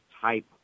type